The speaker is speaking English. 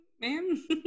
ma'am